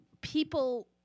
people